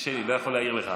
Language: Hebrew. קשה לי, אני לא יכול להעיר לך.